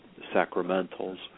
sacramentals